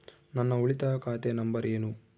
ನನ್ನ ಉಳಿತಾಯ ಖಾತೆ ನಂಬರ್ ಏನು?